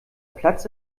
platz